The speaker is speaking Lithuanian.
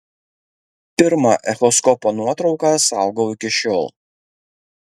pirmą echoskopo nuotrauką saugau iki šiol